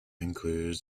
includes